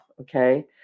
okay